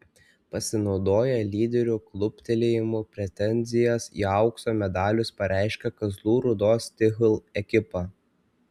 pasinaudoję lyderių kluptelėjimu pretenzijas į aukso medalius pareiškė kazlų rūdos stihl ekipa